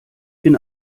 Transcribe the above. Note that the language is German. bin